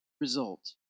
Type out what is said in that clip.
result